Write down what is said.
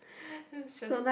this is just